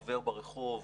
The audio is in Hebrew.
עובר ברחוב,